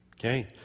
Okay